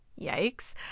yikes